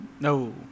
No